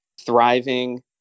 thriving